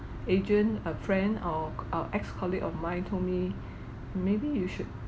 adrian a friend or uh ex-colleague of mine told me maybe you should